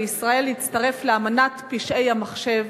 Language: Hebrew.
לישראל להצטרף לאמנת פשעי המחשב,